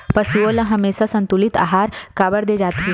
पशुओं ल हमेशा संतुलित आहार काबर दे जाथे?